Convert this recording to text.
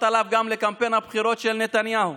עליו גם בקמפיין הבחירות של נתניהו.